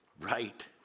Right